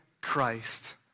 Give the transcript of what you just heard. Christ